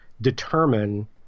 determine